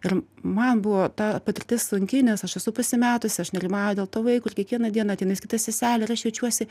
ir man buvo ta patirtis sunki nes aš esu pasimetusi aš nerimauju dėl to vaiko ir kiekvieną dieną ateina vis kita seselė ir aš jaučiuosi